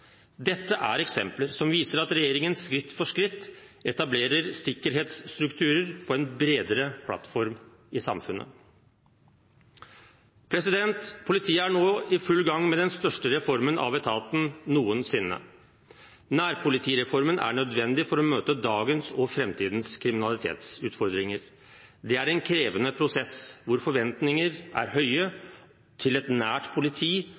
Dette er eksempler som viser at regjeringen skritt for skritt etablerer sikkerhetsstrukturer på en bredere plattform i samfunnet. Politiet er nå i full gang med den største reformen av etaten noensinne. Nærpolitireformen er nødvendig for å møte dagens og framtidens kriminalitetsutfordringer. Det er en krevende prosess, hvor forventningene til et nært politi,